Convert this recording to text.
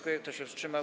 Kto się wstrzymał?